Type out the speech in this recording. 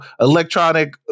electronic